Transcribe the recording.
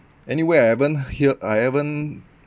anyway I haven't hear I haven't